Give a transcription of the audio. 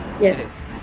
Yes